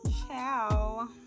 Ciao